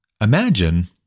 Imagine